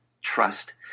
Trust